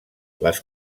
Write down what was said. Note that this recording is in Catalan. les